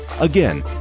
Again